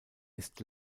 ist